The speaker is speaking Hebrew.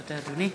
תודה, אדוני.